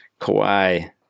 Kawhi